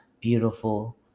beautiful